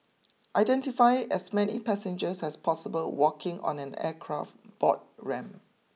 identify as many passengers as possible walking on an aircraft board ramp